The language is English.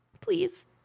please